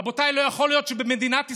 רבותיי, לא יכול להיות שבמדינת ישראל,